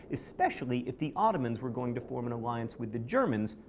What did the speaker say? especially if the ottomans were going to form an alliance with the germans,